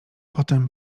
potem